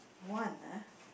one ah